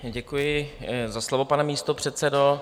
Děkuji za slovo, pane místopředsedo.